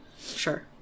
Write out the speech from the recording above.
Sure